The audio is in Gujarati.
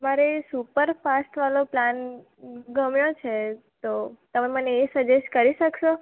મારે સુપર ફાસ્ટ વાલો પ્લાન ગમ્યો છે તો તમે મને એ સજેસ્ટ કરી શકશો